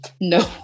No